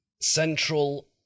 Central